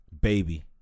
Baby